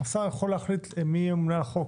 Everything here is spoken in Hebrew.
השר יכול להחליט מי יהיה הממונה על החוק